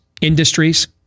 industries